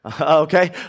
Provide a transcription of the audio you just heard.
okay